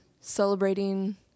celebrating